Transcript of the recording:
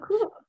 cool